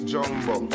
Jumbo